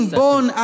born